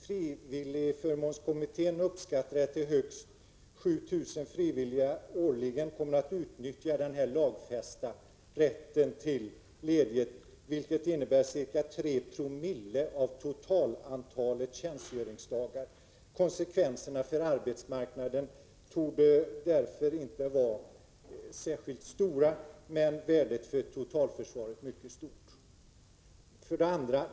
Frivilligförmånskommittén uppskattade att högst 7 000 frivilliga årligen kommer att utnyttja den lagfästa rätten till ledighet, vilket innebär ca 3 9oav totalantalet tjänstgöringsdagar. Konsekvenserna för arbetsmarknaden torde därför inte vara särskilt stora men värdet för totalförsvaret mycket stort.